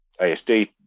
asd